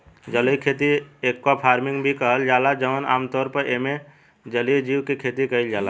जलीय खेती के एक्वाफार्मिंग भी कहल जाला जवन आमतौर पर एइमे जलीय जीव के खेती कईल जाता